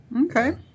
Okay